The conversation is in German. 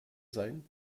sein